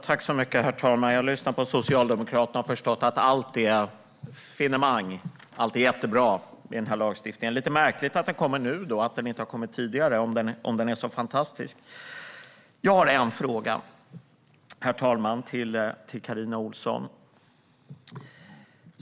Herr talman! Jag har lyssnat på Socialdemokraterna och förstått att allt är finemang i denna lagstiftning. Det är lite märkligt att den kommer först nu och att den inte har kommit tidigare om den är så fantastisk. Herr talman!